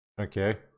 Okay